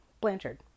Blanchard